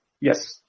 yes